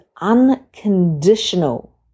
unconditional